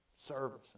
service